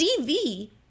dv